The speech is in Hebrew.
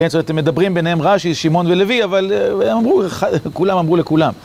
כן, זאת אומרת, אתם מדברים ביניהם רש"י, שמעון ולוי, אבל הם אמרו, כולם אמרו לכולם.